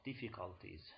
difficulties